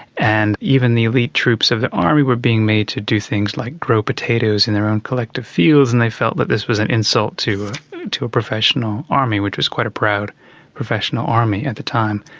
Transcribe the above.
and even the elite troops of the army were being made to do things like grow potatoes in their own collective fields, and they felt that this was an insult to a professional army, which was quite a proud professional army at the time.